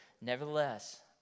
nevertheless